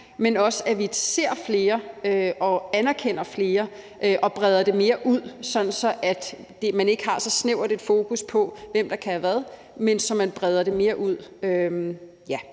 men også, at vi ser flere og anerkender flere og breder det mere ud, sådan at man ikke har så snævert et fokus på, hvem der kan hvad, men så man breder det mere ud.